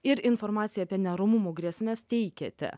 ir informacija apie neramumų grėsmes teikiate